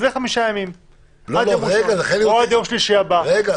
תשמע תשובה, הוא היה בתקנות החירום.